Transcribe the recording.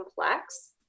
complex